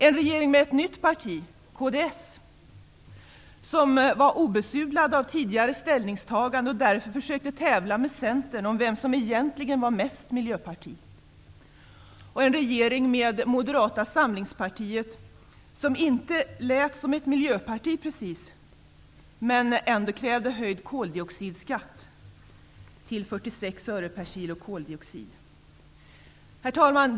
En regering med ett nytt parti, kds, som var obesudlat av tidigare ställningstaganden och därför försökte tävla med Centern om vem som egentligen var mest miljöparti. En regering med Moderata samlingspartiet, som inte lät som ett miljöparti precis men ändå krävde höjd koldioxidskatt till 46 öre per kilo koldioxid. Herr talman!